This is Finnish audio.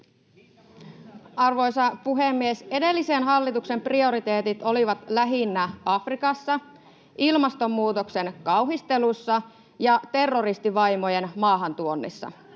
Arvoisa puhemies! Edellisen hallituksen prioriteetit olivat lähinnä Afrikassa, ilmastonmuutoksen kauhistelussa ja terroristivaimojen maahantuonnissa.